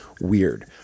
WEIRD